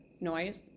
noise